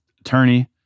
attorney